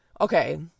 okay